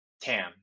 TAM